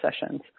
sessions